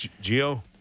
geo